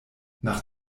nach